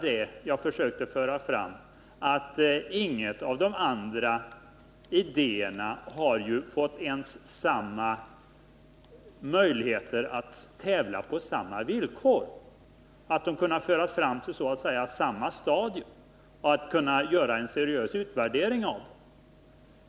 Det är bara det att inget av de andra förslagen fått möjlighet att tävla på samma villkor, så att de kunnat föras fram till så att säga samma stadium och så att man kunnat göra en seriös utvärdering av det.